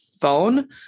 phone